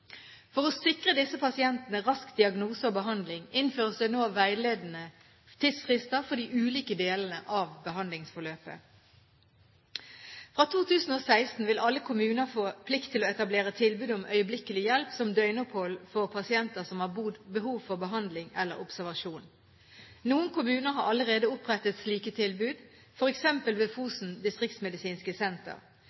For å sikre disse pasientene rask diagnose og behandling innføres det nå veiledende tidsfrister for de ulike delene av behandlingsforløpet. Fra 2016 vil alle kommuner få plikt til å etablere tilbud om øyeblikkelig hjelp som døgnopphold for pasienter som har behov for behandling eller observasjon. Noen kommuner har allerede opprettet slike tilbud, f.eks. ved